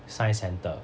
science centre